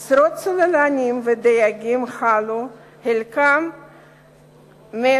עשרות דייגים וצוללנים חלו, חלקם מתו,